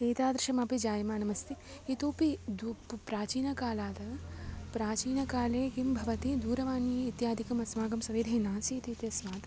एतादृशमपि जायमानमस्ति इतोऽपि प्राचीनकालात् प्राचीनकाले किं भवति दूरवाणी इत्यादिकम् अस्माकं सविधे नासीदित्यस्मात्